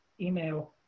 email